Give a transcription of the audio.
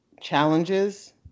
challenges